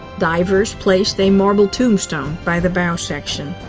divers placed a marble tombstone by the bow section.